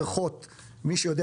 בכנרת רוחות מזרחיות,